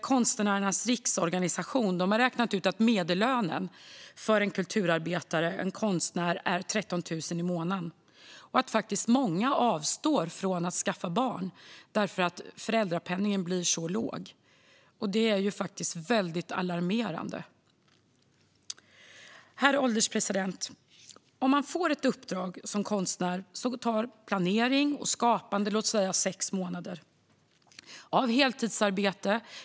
Konstnärernas Riksorganisation har räknat ut att medellönen för en kulturarbetare, en konstnär, är 13 000 kronor i månaden. Många avstår faktiskt från att skaffa barn för att föräldrapenningen blir så låg. Det är alarmerande. Herr ålderspresident! Om man får ett uppdrag som konstnär innebär planering och skapande, låt oss säga, sex månader av heltidsarbete.